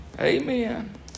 Amen